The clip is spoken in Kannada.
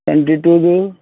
ಟ್ವೆಂಟಿ ಟೂದು